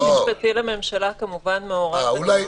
היועץ המשפטי לממשלה כמובן מעורב ונמצא בעניינים,